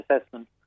assessment